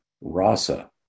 rasa